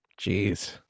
Jeez